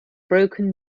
broken